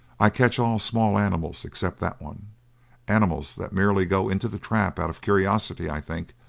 i catch all small animals except that one animals that merely go into the trap out of curiosity, i think,